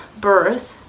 birth